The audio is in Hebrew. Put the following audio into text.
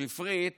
שפרית